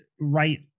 right